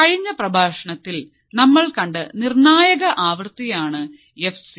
കഴിഞ്ഞ പ്രഭാഷണത്തിൽ നമ്മൾ കണ്ട നിർണായക ആവൃത്തിയാണ് എഫ് സി